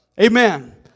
Amen